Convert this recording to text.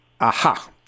Aha